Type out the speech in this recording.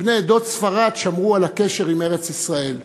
שבני עדות ספרד שמרו על הקשר עם ארץ-ישראל,